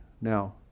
Now